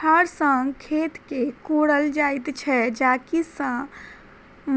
हर सॅ खेत के कोड़ल जाइत छै जाहि सॅ